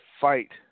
fight